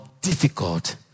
difficult